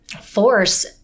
force